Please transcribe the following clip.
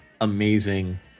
amazing